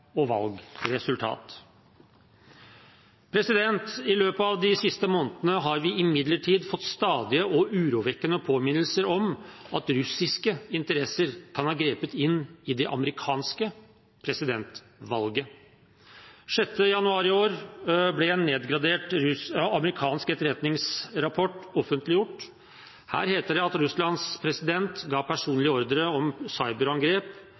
og valgresultat. I løpet av de siste månedene har vi imidlertid fått stadige og urovekkende påminnelser om at russiske interesser kan ha grepet inn i det amerikanske presidentvalget. Den 6. januar i år ble en nedgradert amerikansk etterretningsrapport offentliggjort. Her heter det at Russlands president ga personlig ordre om cyberangrep